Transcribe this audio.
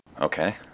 Okay